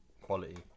quality